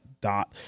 dot